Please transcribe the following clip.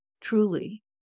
truly